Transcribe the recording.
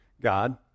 God